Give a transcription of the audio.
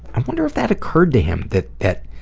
i wonder if that occurred to him that that